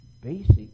basic